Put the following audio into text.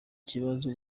kibazo